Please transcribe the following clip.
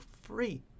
free